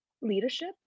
leadership